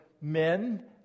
men